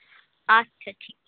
আচ্ছা ঠিক